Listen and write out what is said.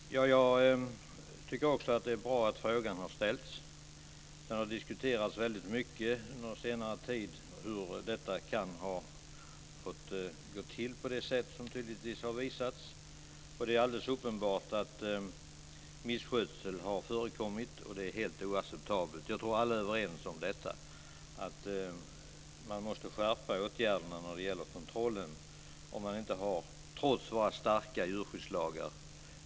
Fru talman! Jag tycker också att det är bra att frågan har ställts. Det har diskuterats väldigt mycket under senare tid hur det kan ha fått gå till på det sätt som det tydligtvis har gjort. Det är alldeles uppenbart att misskötsel har förekommit, och det är helt oacceptabelt. Jag tror att alla är överens om att vi måste skärpa åtgärderna när det gäller kontrollen, om man inte har följt våra trots allt starka djurskyddslagar.